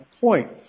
point